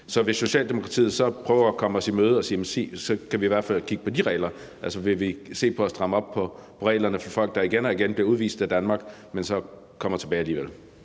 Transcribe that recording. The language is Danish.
Vil Socialdemokratiet så prøve at komme os i møde og sige, at vi i hvert fald kan kigge på de regler? Vil I se på at stramme op på reglerne for folk, der igen og igen bliver udvist af Danmark, men som kommer tilbage alligevel?